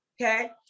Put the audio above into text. okay